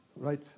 Right